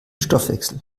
stoffwechsel